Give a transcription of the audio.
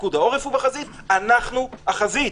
שפיקוד העורף הוא בחזית אנחנו החזית,